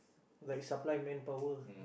like supply manpower